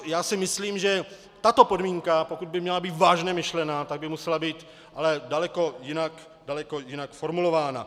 Já si myslím, že tato podmínka, pokud by měla být vážně myšlena, tak by musela být ale daleko jinak formulována.